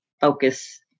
focus